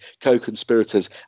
co-conspirators